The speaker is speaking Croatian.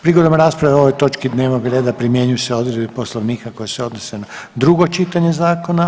Prigodom rasprave o ovoj točki dnevnog reda primjenjuju se odredbe Poslovnika koje se odnose na drugo čitanje zakona.